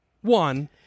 one